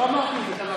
אני לא אמרתי את זה.